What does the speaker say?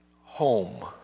home